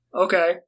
Okay